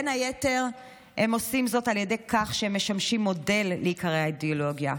בין היתר הם עושים זאת על ידי כך שהם משמשים מודל להיקרא האידיאולוגיה.